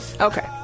Okay